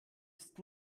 ist